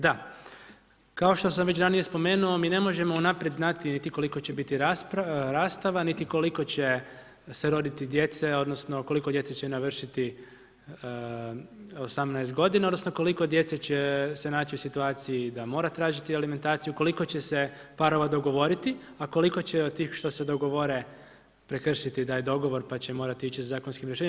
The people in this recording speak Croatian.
Da, kao što sam već ranije spomenuo, mi ne možemo unaprijed znati niti koliko će biti rastava, niti koliko će se roditi djece, odnosno koliko djece će navršiti 18 godina, odnosno koliko djece će se naći u situaciji da mora tražiti alimentaciju, koliko će se parova dogovoriti, a koliko će od tih što se dogovore prekršiti da je dogovor pa će morati ići zakonskim rješenjem.